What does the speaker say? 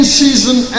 season